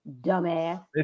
Dumbass